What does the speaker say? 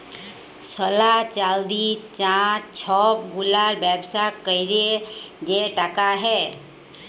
সলা, চাল্দি, চাঁ ছব গুলার ব্যবসা ক্যইরে যে টাকা হ্যয়